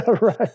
right